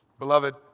Beloved